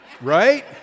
Right